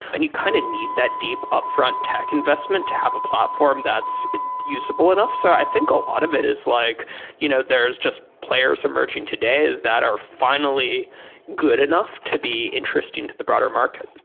and you kind of need that deep upfront tech investment to have a platform that's usable enough. so i think a lot of it is like you know there're just players emerging today that are finally good enough to be interesting to the broader market.